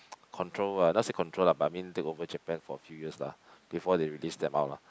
control ah not say control lah but I mean take over Japan for few years lah before they release them out lah